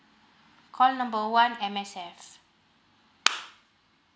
call number one M_S_F